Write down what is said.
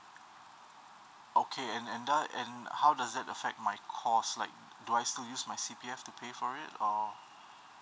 okay and and does and how does that affect my cost like do I still use my C_P_F to pay for it or